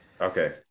Okay